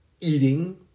eating